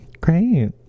great